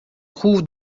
trouve